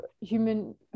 human